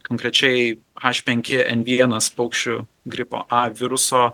konkrečiai h penki n vienas paukščių gripo a viruso